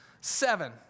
Seven